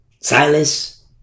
Silas